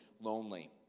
lonely